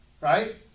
right